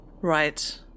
Right